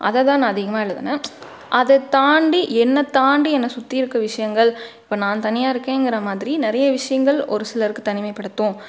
அதைதான் நான் அதிகமாக எழுதின அதைத்தாண்டி என்னத் தாண்டி என்ன சுற்றி இருக்க விஷயங்கள் இப்போ நான் தனியாக இருக்கேங்குற மாதிரி நிறைய விஷயங்கள் ஒரு சிலருக்கு தனிமைப்படுத்தும்